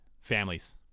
families